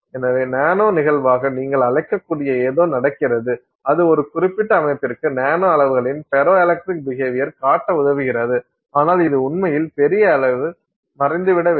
எனவே நானோ நிகழ்வாக நீங்கள் அழைக்கக்கூடிய ஏதோ நடக்கிறது அது ஒரு குறிப்பிட்ட அமைப்பிற்கு நானோ அளவுகளில் ஃபெரோ எலக்ட்ரிக் பிஹேவியர் காட்ட உதவுகிறது ஆனால் இது உண்மையில் பெரிய அளவுகளில் மறைந்துவிடவில்லை